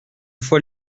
fois